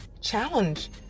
challenge